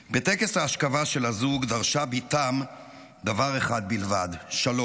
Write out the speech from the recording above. בטקס האשכבה של הזוג דרשה בתם דבר אחד בלבד, שלום.